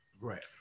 Right